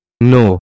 No